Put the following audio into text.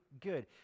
good